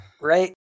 Right